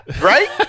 right